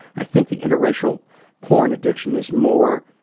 i think the interracial porn addiction is more